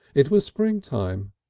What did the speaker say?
it was springtime,